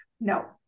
No